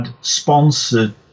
sponsored